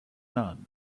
none